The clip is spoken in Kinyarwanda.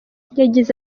yagize